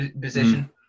position